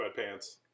Sweatpants